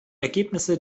ergebnisse